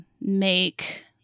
make